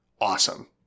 awesome